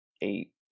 eight